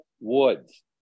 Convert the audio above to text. Woods